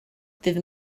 dydd